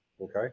okay